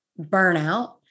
burnout